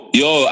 yo